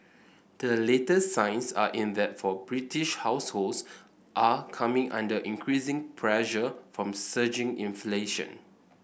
the latest signs are in that British households are coming under increasing pressure from surging inflation